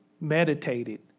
meditated